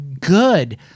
good